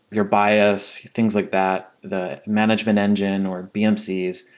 your bias, things like that, the management engine or bmcs,